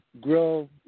grow